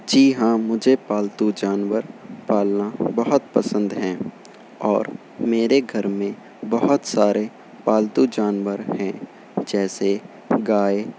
جی ہاں مجھے پالتو جانور پالنا بہت پسند ہیں اور میرے گھر میں بہت سارے پالتو جانور ہیں جیسے گائے